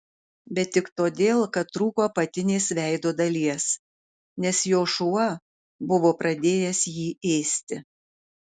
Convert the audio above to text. bet tik todėl kad trūko apatinės veido dalies nes jo šuo buvo pradėjęs jį ėsti